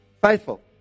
faithful